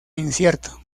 incierto